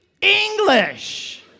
English